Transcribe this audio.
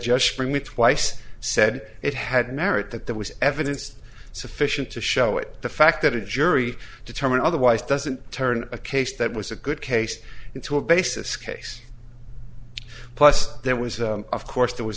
for me twice said it had merit that there was evidence sufficient to show it the fact that a jury determined otherwise doesn't turn a case that was a good case into a basis case plus there was of course there was